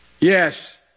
yes